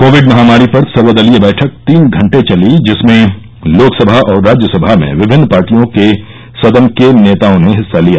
Covid महामारी पर सर्वदलीय बैठक तीन घंटे चली जिसमें लोकसभा और राज्यसभा में विभिन्न पार्टियों के सदन के नेताओं ने हिस्सा लिया